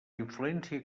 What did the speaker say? influència